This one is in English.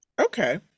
Okay